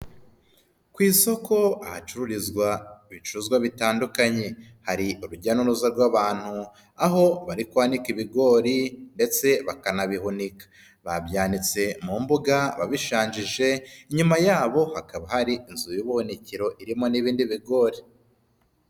Ku isoko ahacururizwa ibicuruzwa bitandukanye hari urujya nuruzaga rw'abantu aho bari kwanika ibigori ndetse bakanabihunika, babyanitse mu mbuga babishanjije inyuma yabo hakaba hari inzu y'ubuhunikiro irimo n'ibindi bigori.